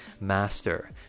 Master